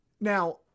now